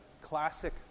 Classic